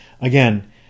again